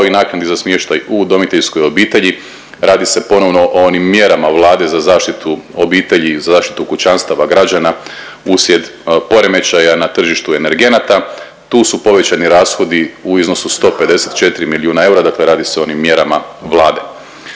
i naknadi za smještaj u udomiteljskoj obitelji, radi se ponovno o onim mjerama Vlade za zaštitu obitelji i za zaštitu kućanstava i građana uslijed poremećaja na tržištu energenata. Tu su povećani rashodi u iznosu od 154 milijuna eura, dakle radi se o onim mjerama Vlade.